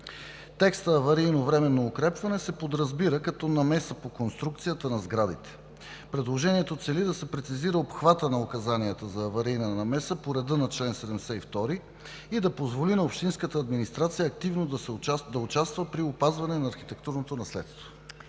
Текстът „аварийно, временно укрепване“ се подразбира като намеса по конструкцията на сградите. Предложението цели да се прецизира обхватът на указанията за аварийна намеса по реда на чл. 72 и да позволи на общинската администрация активно да участва при опазване на архитектурното наследство.